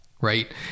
right